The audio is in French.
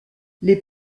les